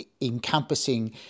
encompassing